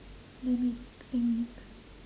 let me think